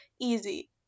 easy